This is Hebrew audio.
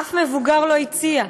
אף מבוגר לא הציע.